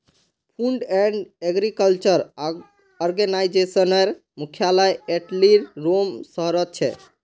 food and agriculture आर्गेनाईजेशनेर मुख्यालय इटलीर रोम शहरोत छे